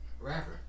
rapper